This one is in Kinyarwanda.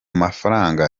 mafaranga